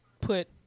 put